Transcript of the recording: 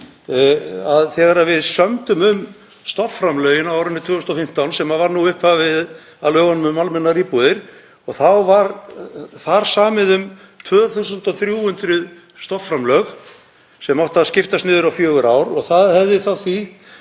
þegar við sömdum um stofnframlögin á árinu 2015, sem var nú upphafið að lögunum um almennar íbúðir, þá var þar samið um 2.300 stofnframlög sem áttu að skiptast niður á fjögur ár. Það hefðu þá